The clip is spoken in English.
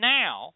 now